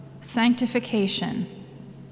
sanctification